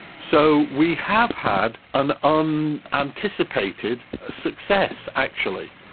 so we have had an um unanticipated ah success actually,